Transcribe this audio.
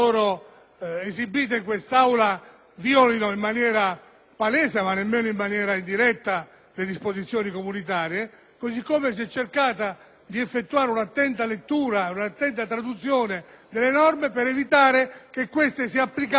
palese o indiretta le disposizioni comunitarie; così come si è cercato di effettuare un'attenta lettura e traduzione delle norme per evitare che queste si applicassero in maniera discriminatoria a soggetti